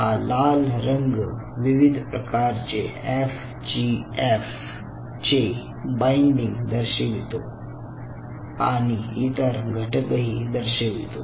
हा लाल रंग विविध प्रकारचे एफजीएफ चे बाईडिंग दर्शवितो आणि इतर घटकही दर्शवितो